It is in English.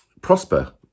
prosper